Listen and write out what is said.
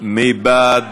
מי בעד